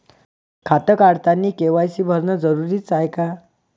खातं काढतानी के.वाय.सी भरनं जरुरीच हाय का?